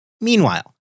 Meanwhile